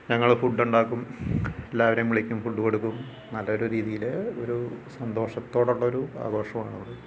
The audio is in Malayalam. ഞങ്ങൾ ഫുഡ്ഡൊണ്ടാക്കും എല്ലാവരേം വിളിക്കും ഫുഡ്ഡ് കൊടുക്കും നല്ലൊരു രീതിയിൽ ഒരു സന്തോഷത്തോടുള്ളൊരു ആഘോഷവാണത്